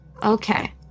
Okay